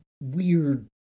weird